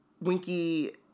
Winky